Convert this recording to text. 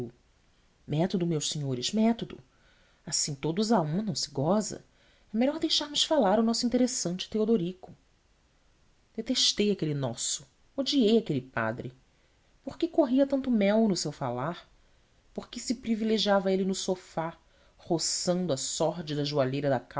método meus senhores método assim todos à uma não se goza é melhor deixarmos falar o nosso interessante teodorico detestei aquele nosso odiei aquele padre por que corria tanto mel no seu falar por que se privilegiava ele no sofá roçando a sórdida joelheira da